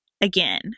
again